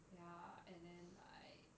ya and then like